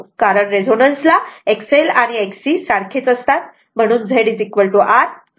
कारण रेझोनन्स ला XLXC असते म्हणून Z R असतो